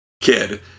kid